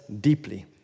deeply